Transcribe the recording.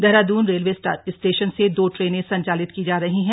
Dehradun railway station से दो ट्रेनें संचालित की जा रही हैं